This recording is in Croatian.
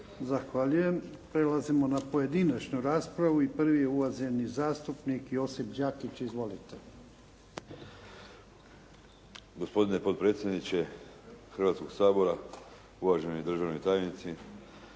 Zahvaljujem. Prelazimo na pojedinačnu raspravu. Prvi je uvaženi zastupnik Josip Đakić. Izvolite. **Đakić, Josip (HDZ)** Gospodine potpredsjedniče Hrvatskoga sabora, uvaženi državni tajnici.